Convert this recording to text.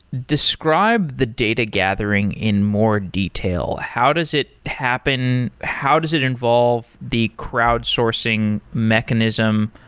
describe the data gathering in more detail. how does it happen? how does it involve the crowdsourcing mechanism?